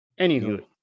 anywho